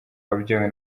wabyawe